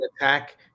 attack